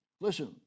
Listen